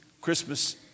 Christmas